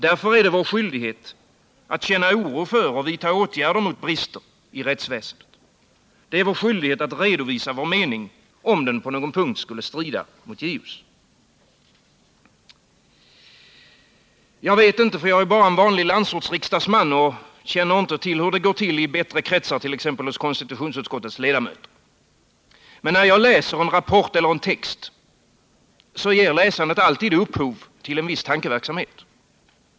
Därför är det vår skyldighet att känna oro för och vidta åtgärder mot brister i rättsväsendet. Det är vår skyldighet att redovisa vår mening, om den på någon punkt skulle strida mot JO:s. Jag vet inte— jag är ju bara en vanlig landsortsriksdagsman — hur det går till i bättre kretsar, t.ex. hos konstitutionsutskottets ledamöter. Men när jag läser en rapport eller text, så ger läsandet alltid upphov till en viss tankeverksamhet.